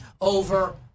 over